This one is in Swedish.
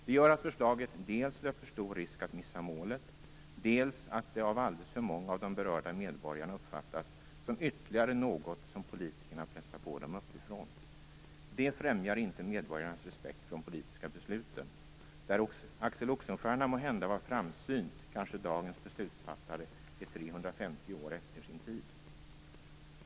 Det gör att förslaget dels löper stor risk att missa målet, dels att det av alldeles för många av de berörda medborgarna uppfattas som ytterligare något som politikerna pressar på dem uppifrån. Det främjar inte medborgarnas respekt för de politiska besluten. Där Axel Oxenstierna måhända var framsynt kanske dagens beslutsfattare är 350 år efter sin tid.